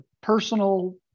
personal